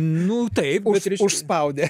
nu taip užspaudė